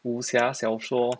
武侠小说